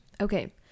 okay